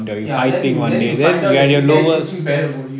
ya then then you find out that this guy is thinking bad about you